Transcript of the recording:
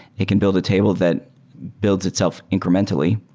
it can build a table that builds itself incrementally.